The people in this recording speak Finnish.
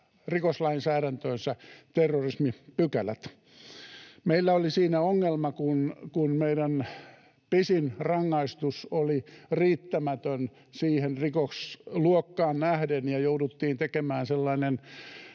rikoslainsäädäntöönsä terrorismipykälät. Meillä oli siinä ongelma, kun meidän pisin rangaistus oli riittämätön siihen rikosluokkaan nähden ja jouduttiin tekemään sellainen